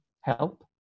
help